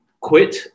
quit